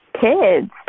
kids